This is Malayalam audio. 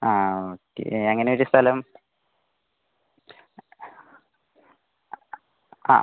ആ ഓക്കെ അങ്ങനെ ഒരു സ്ഥലം ആ